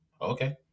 Okay